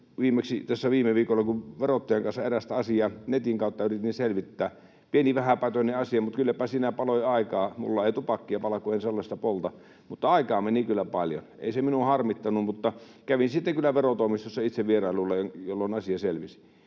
yritin selvittää verottajan kanssa erästä asiaa netin kautta, pientä vähäpätöistä asiaa, mutta kylläpä siinä paloi aikaa. Minulla ei tupakkia pala, kun en sellaista polta, mutta aikaa meni kyllä paljon. Ei se minua harmittanut, mutta kävin sitten kyllä verotoimistossa itse vierailulla, jolloin asia selvisi.